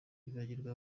bibagirwa